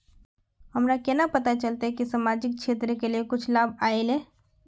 हमरा केना पता चलते की सामाजिक क्षेत्र के लिए कुछ लाभ आयले?